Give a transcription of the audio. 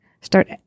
start